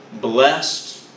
blessed